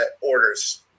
orders